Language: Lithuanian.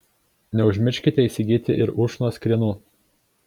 neužmirškite įsigyti ir ušnos krienų